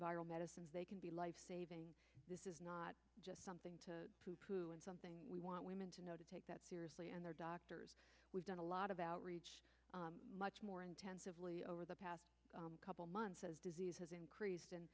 viral medicines they can be lifesaving this is not just something to do and something we want women to know to take that seriously and their doctors we've done a lot of outreach much more intensively over the past couple months as disease has increased and